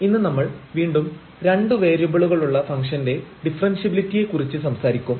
ഇന്ന് നമ്മൾ വീണ്ടും രണ്ടു വേരിയബിളുകളുള്ള ഫംഗ്ഷന്റെ ഡിഫറെൻഷ്യബിലിറ്റിയെ കുറിച്ച് സംസാരിക്കും